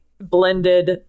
blended